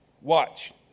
Watch